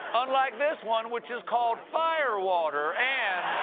unlike this one, which is called fire water, and